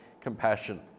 compassion